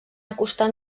acostar